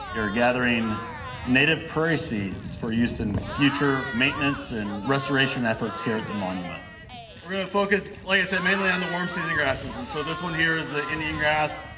yeah we're gathering native prairie seeds for use in future maintenance and restoration efforts here at the monument. jesse we're gonna focus, like i said, mainly on the warm season grasses, and so this one here is the indian grass,